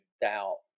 doubt